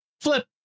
flip